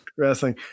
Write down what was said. wrestling